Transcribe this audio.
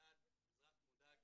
אזרח מודאג.